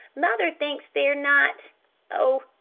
mother thinks they're not oh,